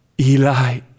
Eli